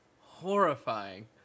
horrifying